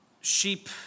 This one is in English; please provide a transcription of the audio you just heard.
sheep